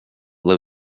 low